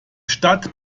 stadt